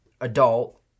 adult